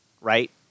right